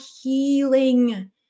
healing